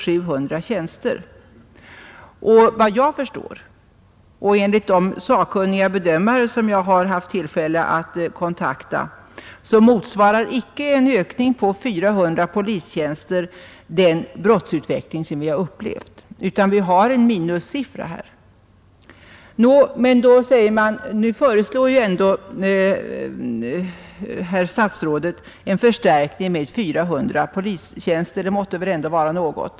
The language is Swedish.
Enligt vad jag och de sakkunniga bedömare som jag har haft tillfälle att kontakta förstår motsvarar en ökning med 400 polistjänster icke den brottsutveckling som vi har upplevt, utan vi har här en minussiffra. Då säger man: Men nu föreslår ändå statsrådet en förstärkning med 400 polistjänster. Det måtte väl ändå vara något!